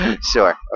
Sure